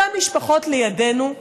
אותן משפחות לידינו,